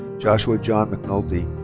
joshua john mcnulty.